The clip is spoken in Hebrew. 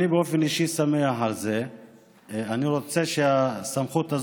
כמה הנושא הזה חשוב לנו, אדוני השר.